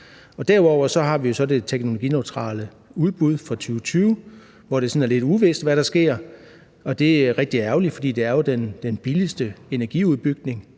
Derudover har vi så det teknologineutrale udbud for 2020, hvor det er lidt uvist, hvad der sker. Det er rigtig ærgerligt, for den billigste energiudbygning